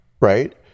right